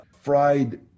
fried